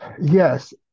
Yes